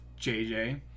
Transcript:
JJ